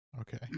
Okay